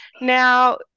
Now